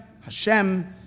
Hashem